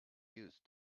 used